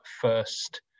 first